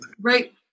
Right